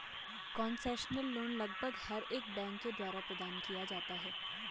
concessional loan लगभग हर एक बैंक के द्वारा प्रदान किया जाता है